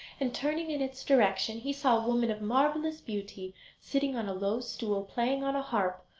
and, turning in its direction, he saw a woman of marvellous beauty sitting on a low stool playing on a harp,